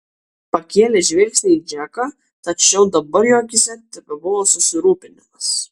pakėlė žvilgsnį į džeką tačiau dabar jo akyse tebuvo susirūpinimas